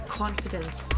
confidence